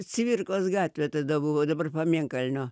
cvirkos gatvė tada buvo dabar pamėnkalnio